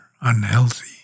unhealthy